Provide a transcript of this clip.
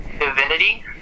divinity